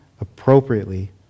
appropriately